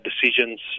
decisions